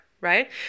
right